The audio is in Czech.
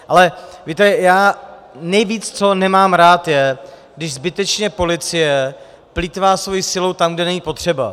Ale víte, já nejvíc, co nemám rád, je, když zbytečně policie plýtvá svou silou tam, kde není potřeba.